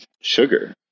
sugar